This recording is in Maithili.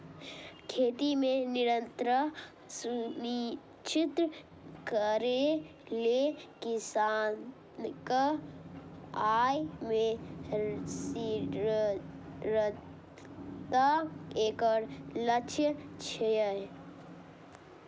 खेती मे निरंतरता सुनिश्चित करै लेल किसानक आय मे स्थिरता एकर लक्ष्य छियै